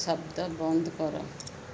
ଶବ୍ଦ ବନ୍ଦ କର